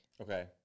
Okay